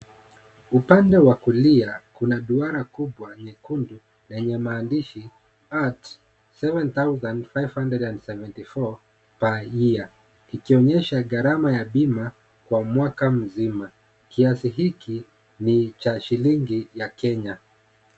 Upande wa kulia kuna duara kubwa nyekundu lenye maandishi at seven thousand five hundred and seventy four per year kikionyesha gharama ya bima kwa mwaka mzima, kiasi hiki ni cha shilingi la Kenya.